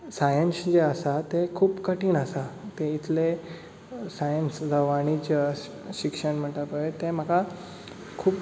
science जें आसा ते खूब कठीण आसा ते इतलें सायन्स जावं वाणिज्य शिक्षण म्हणटा पळय ते म्हाका खूब